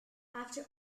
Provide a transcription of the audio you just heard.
after